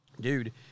dude